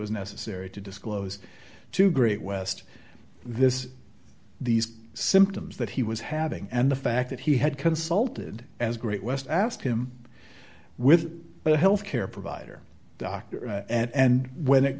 was necessary to disclose to great west this these symptoms that he was having and the fact that he had consulted as great west asked him with a health care provider doctor and when it